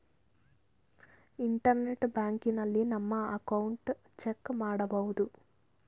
internet ಬ್ಯಾಂಕಿನಲ್ಲಿ ನಮ್ಮ account check ಮಾಡಬಹುದು